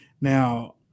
Now